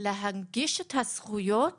להנגיש את הזכויות